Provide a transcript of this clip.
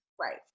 Right